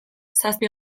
zazpi